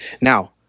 Now